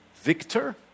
Victor